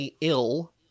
ill